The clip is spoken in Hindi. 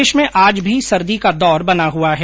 प्रदेश में आज भी सर्दी का दौर बना हुआ है